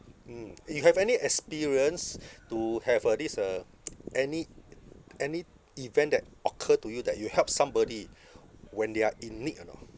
mm you have any experience to have uh this uh any any event that occur to you that you help somebody when they are in need or not